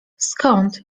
skąd